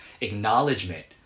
acknowledgement